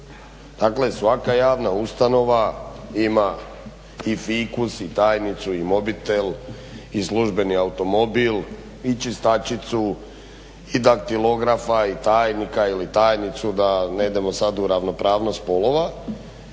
Dakle, svaka javna ustanova ima i fikus i tajnicu i mobitel i službeni automobil i čistačicu i daktilografa i tajnika ili tajnicu, da ne idemo sad u ravnopravnost spolova.